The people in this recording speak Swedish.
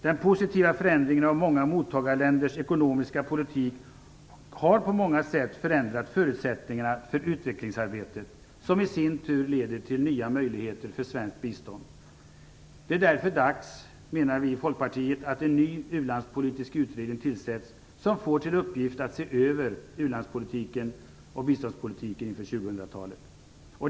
Den positiva förändringen av många mottagarländers ekonomiska politik har på många sätt förändrat förutsättningarna för utvecklingsarbetet, som i sin tur leder till nya möjligheter för svenskt bistånd. Det är därför dags att en ny u-landspolitisk utredning tillsätts med uppgift att se över u-landspolitiken och biståndspolitiken inför 2000-talet.